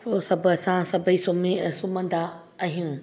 पोइ सभु असां सभेई सुम्ही सुम्हंदा आहियूं